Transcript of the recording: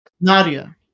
Nadia